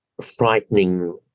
frightening